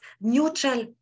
neutral